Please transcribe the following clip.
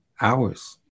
Hours